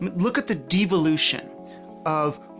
look at the devolution of.